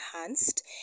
Enhanced